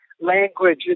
language